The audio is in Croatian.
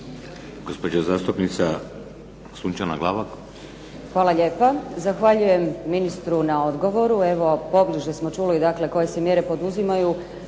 Glavak. **Glavak, Sunčana (HDZ)** Hvala lijepo. Zahvaljujem ministru na odgovoru. Evo pobliže smo čuli dakle koje se mjere poduzimaju,